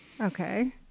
Okay